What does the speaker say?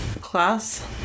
class